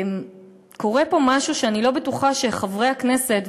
קורה פה משהו שאני לא בטוחה שחברי הכנסת,